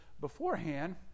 beforehand